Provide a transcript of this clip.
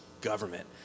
government